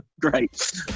great